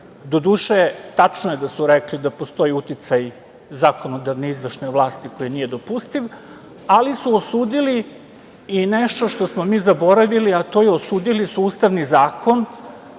Doduše, tačno je da su rekli da postoji uticaj zakonodavne izvršne vlasti koji nije dopustiv, ali su osudili i nešto što smo mi zaboravili, a to su osudili Ustavni zakon